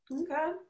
Okay